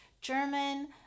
German